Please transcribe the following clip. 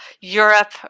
Europe